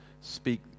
speak